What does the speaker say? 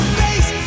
face